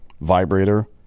vibrator